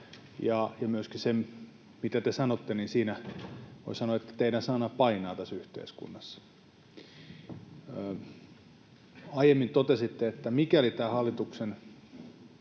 ja myöskin siitä, mitä te sanotte, voi sanoa, että teidän sananne painaa tässä yhteiskunnassa. Aiemmin totesitte, että mikäli tämän hallituksen